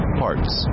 parts